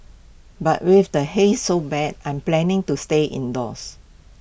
but with the haze so bad I'm planning to stay indoors